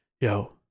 yo